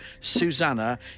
Susanna